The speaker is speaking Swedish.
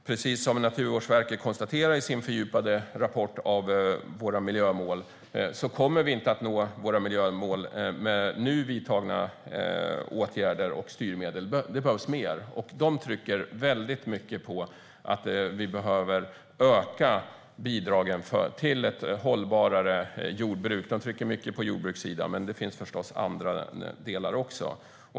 Precis som Naturvårdsverket konstaterar i sin fördjupade rapport kommer vi inte att nå våra miljömål med nu vidtagna åtgärder och styrmedel. Det behövs mer. Naturvårdsverket trycker mycket på att vi behöver öka bidragen till ett hållbarare jordbruk. De trycker mycket på jordbrukssidan, men det finns förstås andra delar också.